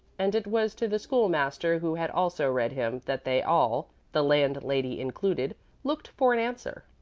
and it was to the school-master who had also read him that they all the landlady included looked for an answer.